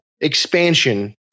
expansion